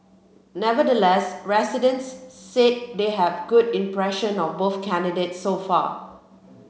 nevertheless residents said they have good impression of both candidates so far